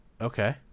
okay